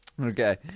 Okay